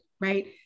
right